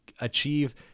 achieve